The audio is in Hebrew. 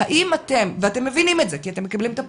ואתם מבינים את זה, כי אתם מקבלים את הפרטים.